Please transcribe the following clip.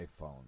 iPhone